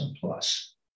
plus